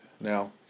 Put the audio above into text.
Now